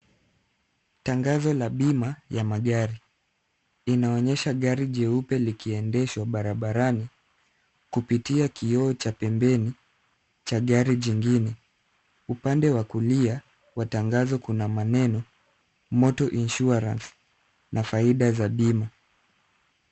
Tangazo la bima ya magari, inaonyeshq gari jeupe likiendeshwa barabarani kupitia kioo cha pembeni cha gari jingine. Upande wakulia wa tangazo kuna maneno:Motor Insurance na faida za bima.